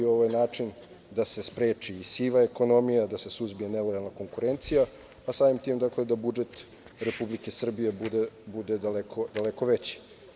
Ovo je način da se spreči siva ekonomija, da se suzbije nelojalna konkurencija, a samim tim da budžet Republike Srbije bude daleko veći.